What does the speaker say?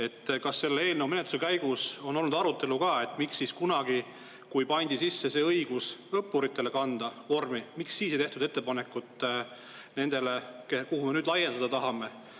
Kas selle eelnõu menetluse käigus on olnud arutelu ka selle kohta, miks siis kunagi, kui seati sisse see õigus õppuritel kanda vormi, ei tehtud ettepanekut nendele, kuhu me nüüd laiendada tahame,